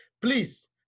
Please